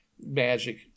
Magic